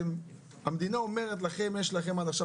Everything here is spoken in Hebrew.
אם המדינה אומרת לכם שיש לכם עד עכשיו